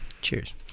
cheers